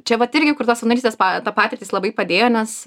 čia vat irgi kur tos savanorystės pa ta patirtys labai padėjo nes